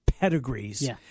pedigrees